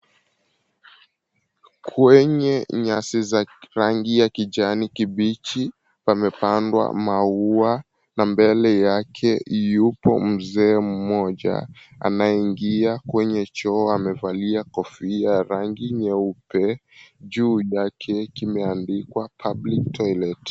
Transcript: Kwenye nyasi za rangi ya kijani kibichi pamepandwa maua na mbele yake yupo mzee mmoja anayeingia kwenye choo. Amevalia kofia ya rangi nyeupe. Juu yake kimeandikwa, Public Toilet.